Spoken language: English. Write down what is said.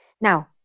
Now